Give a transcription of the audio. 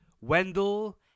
Wendell